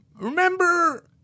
Remember